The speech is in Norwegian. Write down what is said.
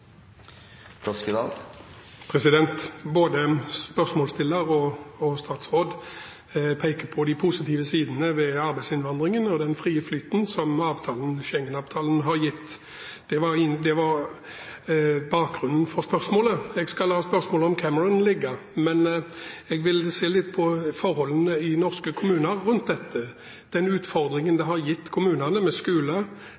Både spørsmålsstilleren og statsråden peker på de positive sidene ved arbeidsinnvandringen og den frie flyten som Schengen-avtalen har gitt. Det var bakgrunnen for spørsmålet. Jeg skal la spørsmålet om Cameron ligge, men jeg vil se litt på forholdene i norske kommuner rundt dette, den utfordringen det har gitt kommunene med